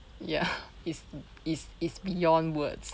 ya it's it's it's beyond words